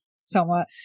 somewhat